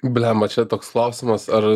bliamba čia toks klausimas ar